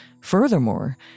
Furthermore